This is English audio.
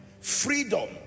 Freedom